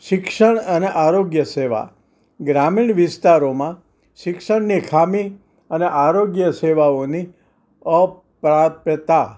શિક્ષણ અને આરોગ્ય સેવા ગ્રામીણ વિસ્તારોમાં શિક્ષણની ખામી અને આરોગ્ય સેવાઓની અપ્રાપ્યતા